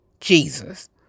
Jesus